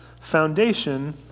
Foundation